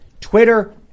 Twitter